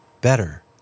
better